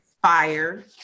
fire